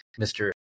Mr